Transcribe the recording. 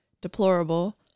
deplorable